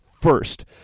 first